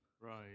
right